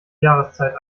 jahreszeit